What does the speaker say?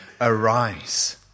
arise